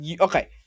Okay